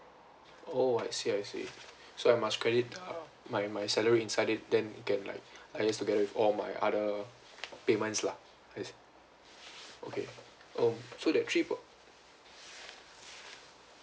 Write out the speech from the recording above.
oh I see I see so I must credit uh my my salary inside it then it can like liaise together with all my other payments lah okay oh so that three